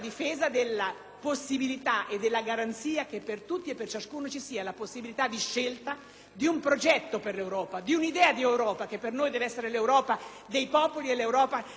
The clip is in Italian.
di un progetto per l'Europa, di un'idea di Europa che per noi deve essere l'Europa dei popoli e l'Europa naturalmente fondata su un concetto di federalismo che è ben diverso da quello che si sta introducendo nel nostro Paese.